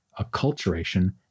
acculturation